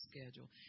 schedule